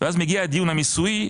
ואז מגיע הדיון המיסויי,